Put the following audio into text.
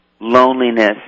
loneliness